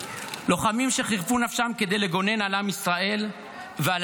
לוחמים שחירפו נפשם כדי לגונן על עם ישראל ועל